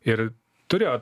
ir turėjo